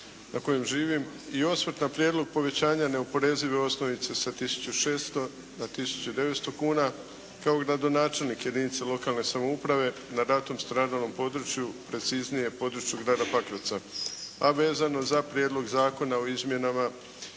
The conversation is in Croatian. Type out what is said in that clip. na kojem živim i osvrt na prijedlog povećanja neoporezive osnovice sa 1600 na 1900 kuna kao gradonačelnik jedinice lokalne samouprave na ratom stradalom području, preciznije području grada Pakraca a vezano za Prijedlog zakona o izmjenama